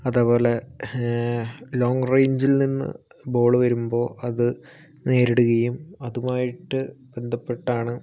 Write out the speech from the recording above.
അതേപോലെ ലോങ്ങ് റേഞ്ചിൽ നിന്നു ബോൾ വരുമ്പോൾ അതു നേരിടുകയും അതുമായിട്ടു ബന്ധപ്പെട്ടാണ്